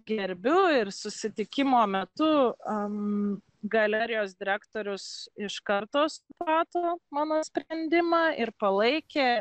gerbiu ir susitikimo metu am galerijos direktorius iš karto suprato mano sprendimą ir palaikė